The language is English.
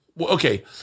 Okay